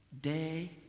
day